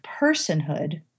personhood